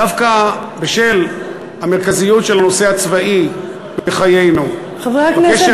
דווקא בשל המרכזיות של הנושא הצבאי בחיינו, בקשר